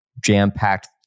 jam-packed